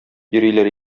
йөриләр